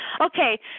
Okay